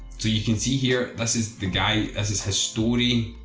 so you can see here this is the guy as is history